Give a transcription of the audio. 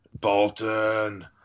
Bolton